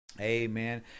Amen